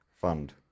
fund